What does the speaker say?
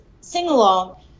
sing-along